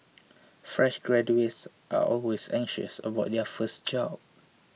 fresh graduates are always anxious about their first job